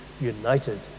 united